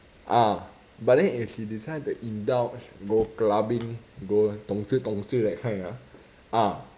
ah but then if she decide to indulge go clubbing go dong chi dong chi that kind ah ah